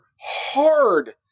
hard